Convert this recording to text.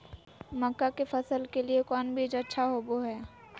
मक्का के फसल के लिए कौन बीज अच्छा होबो हाय?